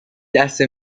دسته